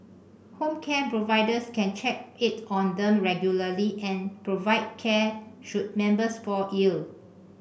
home care providers can check in on them regularly and provide care should members fall ill